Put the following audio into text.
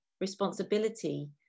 responsibility